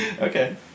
okay